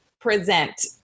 present